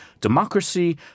democracy